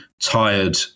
tired